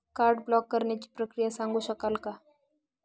Card block करण्याची प्रक्रिया सांगू शकाल काय?